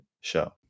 show